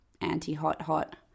anti-hot-hot